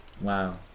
Wow